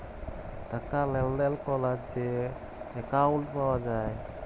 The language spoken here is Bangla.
টাকা লেলদেল ক্যরার যে একাউল্ট পাউয়া যায়